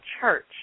church